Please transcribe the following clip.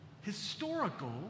historical